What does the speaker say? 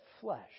flesh